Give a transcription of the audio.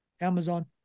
Amazon